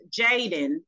Jaden